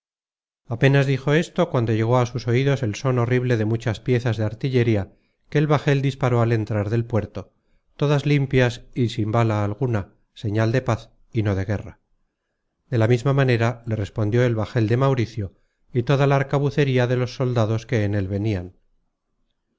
apenas dijo esto cuando llegó á sus oidos el són horrible de muchas piezas de artillería que el bajel disparó al entrar del puerto todas limpias y sin bala alguna señal de paz y no de guerra de la misma manera le respondió el bajel de mauricio y toda la arcabucería de los soldados que en él venian